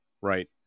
right